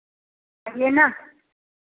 ये ना